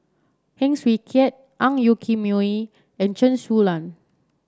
Heng Swee Keat Ang Yoke Mooi and Chen Su Lan